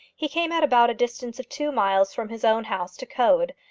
he came at about a distance of two miles from his own house to coed,